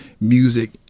music